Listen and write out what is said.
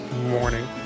Morning